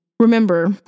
Remember